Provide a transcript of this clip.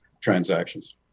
transactions